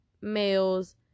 males